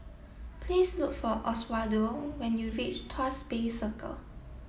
please look for Oswaldo when you reach Tuas Bay Circle